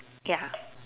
ya